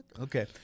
Okay